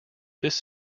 this